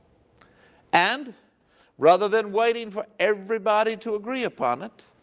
and rather than waiting for everybody to agree upon it